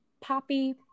poppy